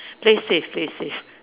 play safe play safe